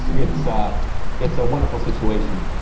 it's ah it's a wonderful situation.